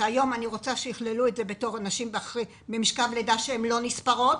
והיום אני רוצה שיכללו את זה בתור נשים במשכב לידה שלא נספרות,